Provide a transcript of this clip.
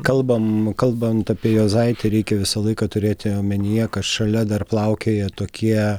kalbam kalbant apie juozaitį reikia visą laiką turėti omenyje kad šalia dar plaukioja tokie